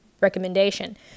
recommendation